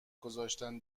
گذاشتن